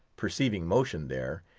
perceiving motion there,